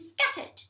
scattered